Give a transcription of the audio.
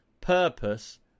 purpose